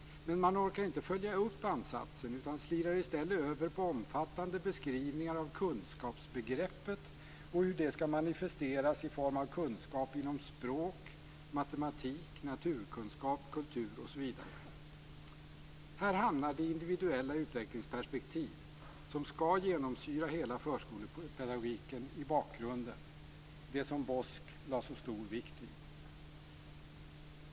Men man orkar inte följa upp ansatsen utan slirar i stället över på omfattande beskrivningar av kunskapsbegreppet och hur det skall manifesteras i form av kunskap inom språk, matematik, naturkunskap, kultur osv. Här hamnar det individuella utvecklingsperspektiv som skall genomsyra hela förskolepedagogiken i bakgrunden - det som BOSK lade så stor vikt vid.